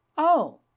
Oh